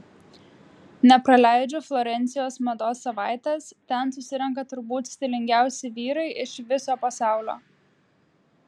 nepraleidžiu florencijos mados savaitės ten susirenka turbūt stilingiausi vyrai iš viso pasaulio